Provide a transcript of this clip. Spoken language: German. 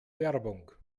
werbung